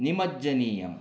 निमज्जनीयम्